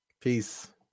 Peace